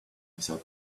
without